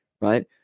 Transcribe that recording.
right